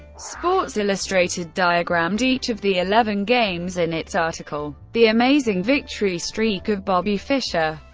sports illustrated diagrammed each of the eleven games in its article, the amazing victory streak of bobby fischer.